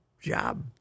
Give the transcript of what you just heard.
job